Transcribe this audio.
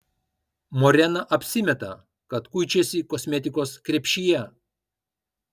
morena apsimeta kad kuičiasi kosmetikos krepšyje